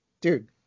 dude